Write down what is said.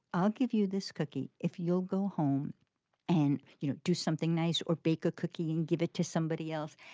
i'll give you this cookie if you'll go home and you know do something nice or bake a cookie and give it to somebody else.